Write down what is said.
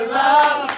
love